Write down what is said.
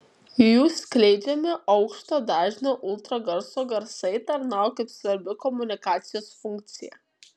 jų skleidžiami aukšto dažnio ultragarso garsai tarnauja kaip svarbi komunikacijos funkcija